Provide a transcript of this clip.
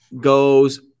goes